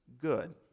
good